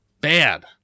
Bad